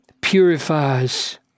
purifies